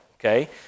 Okay